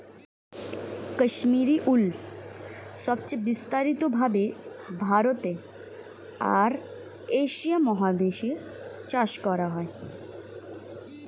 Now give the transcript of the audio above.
Kashmiri wool সবচেয়ে বিস্তারিত ভাবে ভারতে আর এশিয়া মহাদেশে চাষ করা হয়